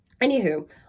anywho